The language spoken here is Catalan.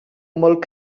molt